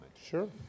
Sure